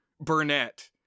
Burnett